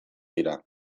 dira